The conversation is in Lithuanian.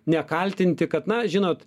nekaltinti kad na žinot